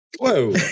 Whoa